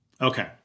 Okay